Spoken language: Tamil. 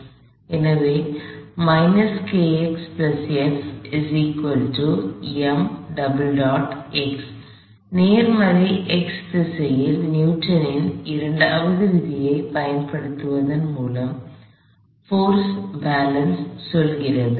எனவே நேர்மறை x திசையில் நியூட்டன் இரண்டாவது விதியைப் பயன்படுத்துவதன் மூலம் போர்ஸ் பாலன்ஸ் சொல்கிறது